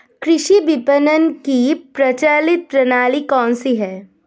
कृषि विपणन की प्रचलित प्रणाली कौन सी है?